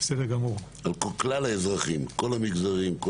כלל האזרחים, כל המגזרים.